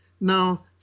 Now